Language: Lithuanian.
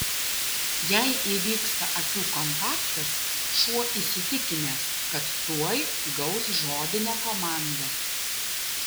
jei įvyksta akių kontaktas šuo įsitikinęs kad tuoj gaus žodinę komandą